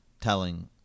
telling